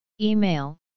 Email